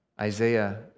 Isaiah